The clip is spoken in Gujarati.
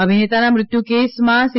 અભિનેતાના મૃત્યુ કેસમાં સી